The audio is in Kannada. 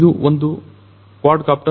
ಇದು ಒಂದು ಕ್ವಾಡ್ ಕಾಪ್ಟರ್